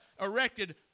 erected